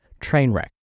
Trainwreck